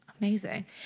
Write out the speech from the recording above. Amazing